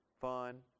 fun